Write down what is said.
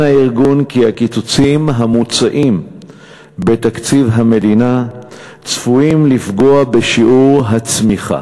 הארגון כי הקיצוצים המוצעים בתקציב המדינה צפויים לפגוע בשיעור הצמיחה.